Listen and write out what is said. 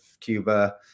Cuba